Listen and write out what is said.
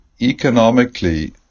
economically